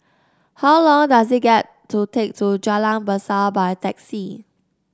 how long does it get to take to Jalan Berseh by taxi